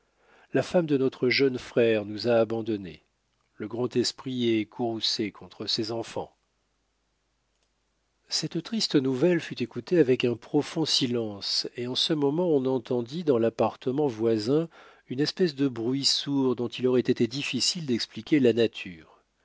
la femme de notre jeune frère nous a abandonnés le grand esprit est courroucé contre ses enfants cette triste nouvelle fut écoutée avec un profond silence et en ce moment on entendit dans l'appartement voisin une espèce de bruit sourd dont il aurait été difficile d'expliquer la nature